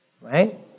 right